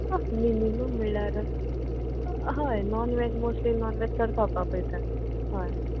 आं मिनीमम म्हळ्यार हय non veg mostly non veg चड खावपा पळयता हय